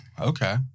okay